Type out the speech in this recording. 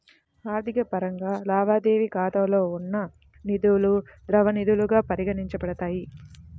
ఆర్థిక పరంగా, లావాదేవీ ఖాతాలో ఉన్న నిధులుద్రవ నిధులుగా పరిగణించబడతాయి